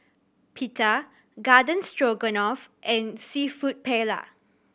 Pita Garden Stroganoff and Seafood Paella